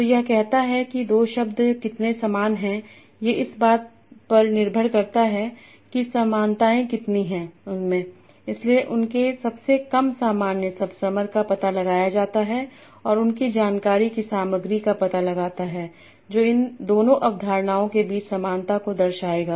तो यह कहता है कि दो शब्द कितने सामान हैं ये इस बात पर निर्भर करता है की समानताएं कितनी हैं उनमें इसीलिए उनके सबसे कम सामान्य सबसमर का पता लगाया जाता है और उनकी जानकारी की सामग्री का पता लगाता है और जो इन दोनों अवधारणाओं के बीच समानता को दर्शाएगा